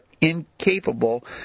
incapable